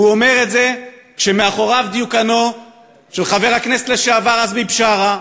והוא אומר את זה כשמאחוריו דיוקנו של חבר הכנסת לשעבר עזמי בשארה,